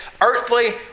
earthly